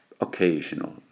Occasional